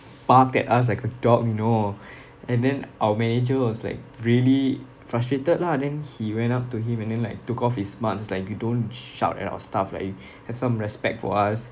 bark at us like a dog you know and then our manager was like really frustrated lah then he went up to him and then like took off his mask he's like you don't shout at our staff like you have some respect for us